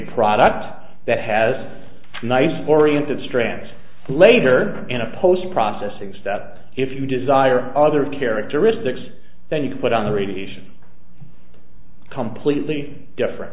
product that has nice oriented strands later in a post processing step if you desire other characteristics then you can put on the radiation completely different